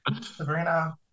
Sabrina